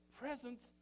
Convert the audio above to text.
presence